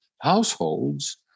households